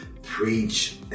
preach